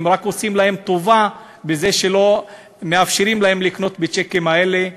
רק עושים להם טובה בזה שלא מאפשרים להם לקנות בצ'קים האלה.